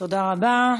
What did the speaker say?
תודה רבה.